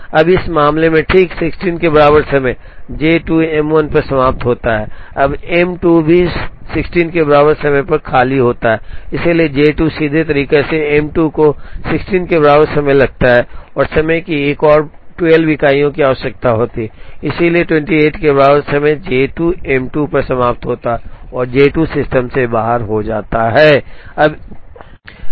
अब इस मामले में ठीक 16 के बराबर समय J 2 M 1 पर समाप्त होता है अब M 2 भी 16 के बराबर समय पर खाली होता है इसलिए J 2 सीधे तरीके से एम 2 को 16 के बराबर समय लगता है समय की एक और 12 इकाइयों की आवश्यकता होती है इसलिए 28 के बराबर समय जे 2 एम 2 पर समाप्त होता है और जे 2 सिस्टम से बाहर हो जाता है